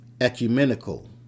ecumenical